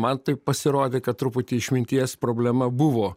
man taip pasirodė kad truputį išminties problema buvo